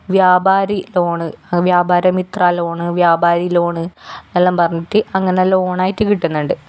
വ്യാപാരി ലോൺ വ്യാപാര മിത്രാ ലോൺ വ്യാപാരി ലോൺ എല്ലാം പറഞ്ഞിട്ട് അങ്ങനെ ലോണായിട്ട് കിട്ടുന്നുണ്ട്